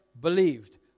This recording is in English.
believed